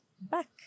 back